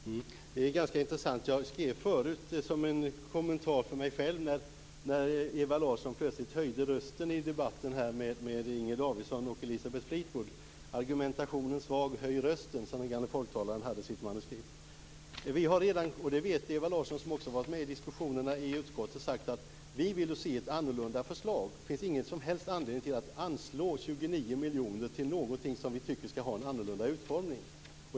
Fru talman! Det här är intressant. Jag skrev tidigare en kommentar till mig själv när Ewa Larsson plötsligt höjde rösten i debatten med Inger Davidson och Elisabeth Fleetwood: Argumentationen svag, höj rösten. Så hade den gamle folktalaren skrivit i sitt manuskript. Ewa Larsson har varit med i diskussionerna i utskottet och vet att vi har sagt att vi vill se ett annorlunda förslag. Det finns ingen som helst anledning att anslå 29 miljoner kronor till någonting som vi tycker skall ha en annorlunda utformning.